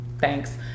thanks